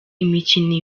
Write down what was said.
imikino